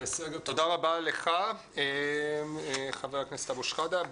תודה רבה לך, חבר הכנסת אבו שחאדה.